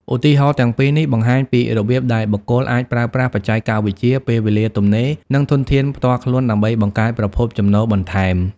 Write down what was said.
ឧទាហរណ៍ទាំងពីរនេះបង្ហាញពីរបៀបដែលបុគ្គលអាចប្រើប្រាស់បច្ចេកវិទ្យា ពេលវេលាទំនេរ និងធនធានផ្ទាល់ខ្លួនដើម្បីបង្កើតប្រភពចំណូលបន្ថែម។